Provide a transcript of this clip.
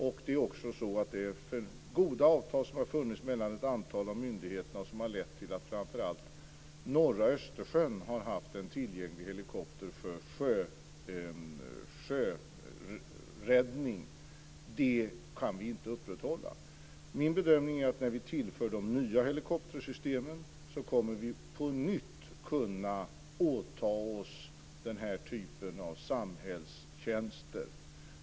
Det är goda avtal som har funnits mellan ett antal myndigheter som har lett till att framför allt norra Östersjön har haft en tillgänglig helikopter för sjöräddning. Detta kan vi inte upprätthålla. Min bedömning är att vi när vi tillför de nya helikoptersystemen på nytt kommer att kunna åta oss den här typen av samhällstjänster.